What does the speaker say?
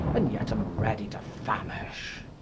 and yet am ready to famish.